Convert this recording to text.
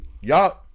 y'all